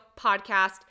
podcast